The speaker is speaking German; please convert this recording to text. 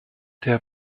der